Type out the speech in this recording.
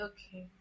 Okay